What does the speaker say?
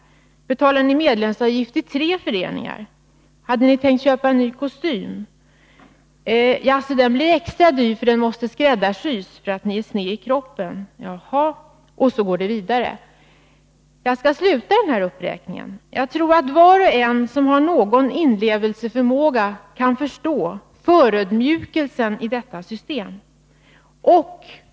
Betalar ni medlemsavgift i tre föreningar? Hade ni tänkt köpa en ny kostym? Jaså, blir den extra dyr därför att den måste skräddarsys, eftersom ni är sned i kroppen? Jaha. Och så går det vidare. Jag skall sluta den här uppräkningen. Jag tror att var och en som har någon inlevelseförmåga kan förstå förödmjukelsen i detta system.